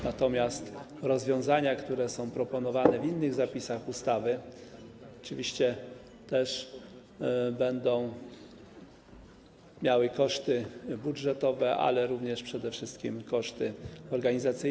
Natomiast rozwiązania, które są proponowane w innych zapisach ustawy, oczywiście też będą miały koszty budżetowe, ale również przede wszystkim koszty organizacyjne.